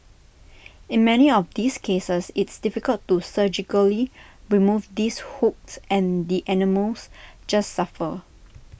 in many of these cases it's difficult to surgically remove these hooks and the animals just suffer